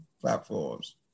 platforms